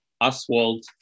Oswald